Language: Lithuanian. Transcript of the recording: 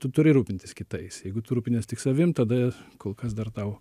tu turi rūpintis kitais jeigu tu rūpinies tik savim tada kol kas dar tau